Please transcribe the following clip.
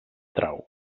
trau